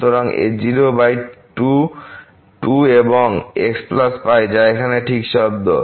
সুতরাং a02 2 এবং xπ যা এখানে ঠিক শব্দ